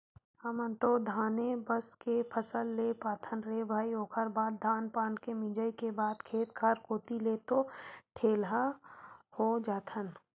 हमन तो धाने बस के फसल ले पाथन रे भई ओखर बाद धान पान के मिंजई के बाद खेत खार कोती ले तो ठेलहा हो जाथन